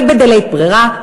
אבל בדלית ברירה,